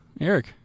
Eric